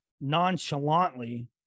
nonchalantly